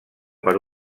per